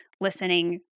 listening